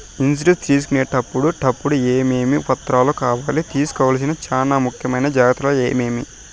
Insurance తీసుకునేటప్పుడు టప్పుడు ఏమేమి పత్రాలు కావాలి? తీసుకోవాల్సిన చానా ముఖ్యమైన జాగ్రత్తలు ఏమేమి?